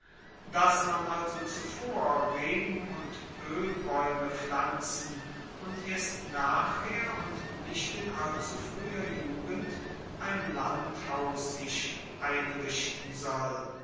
dass man also zuvor reben und oelbaeume pflanzen und erst nachher und nicht in allzu frueher jugend ein landhaus sich einrichten soll